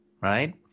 right